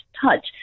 touch